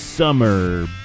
Summer